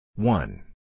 One